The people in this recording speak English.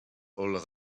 all